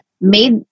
made